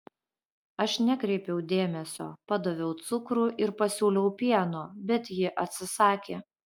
aš nekreipiau dėmesio padaviau cukrų ir pasiūliau pieno bet ji atsisakė